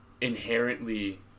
inherently